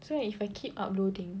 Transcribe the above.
so if I keep uploading